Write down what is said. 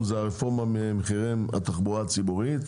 הרפורמה במחירי התחבורה הציבורית.